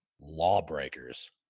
lawbreakers